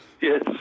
Yes